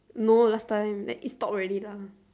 no last time it stop already lah